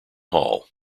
hall